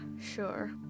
sure